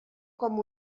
com